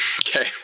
Okay